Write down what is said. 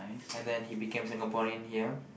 and then he became Singaporean here